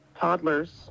toddlers